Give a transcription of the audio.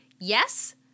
Yes